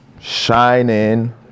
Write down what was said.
shining